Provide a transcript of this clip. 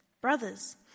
Brothers